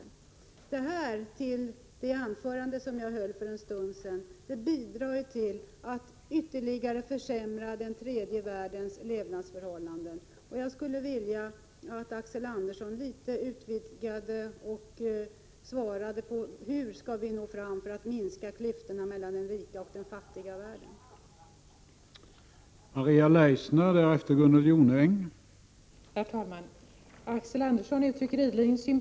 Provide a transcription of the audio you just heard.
Allt detta, plus det jag tog upp i mitt anförande för en stund sedan, bidrar till att ytterligare försämra tredje världens levnadsförhållanden. Jag skulle vilja att Axel Andersson utvidgade sitt resonemang något och svarade på frågan hur klyftorna mellan den rika och den fattiga världen skall kunna minskas.